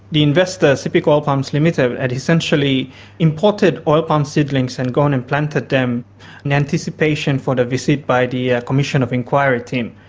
the investor, sepik oil palms limited, had essentially imported oil palm seedlings and gone and planted them in anticipation for the visit by the ah commission of inquiry team.